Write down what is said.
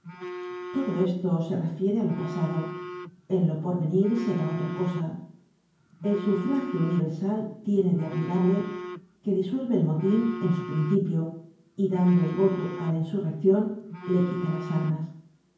todo esto se refiere á lo pasado en lo porvenir será otra cosa el sufragio universal tiene de admirable que disuelve el motin en su principio y dando el voto á la insurreccion le quita las armas